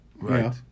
Right